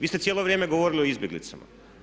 Vi ste cijelo vrijeme govorili o izbjeglicama.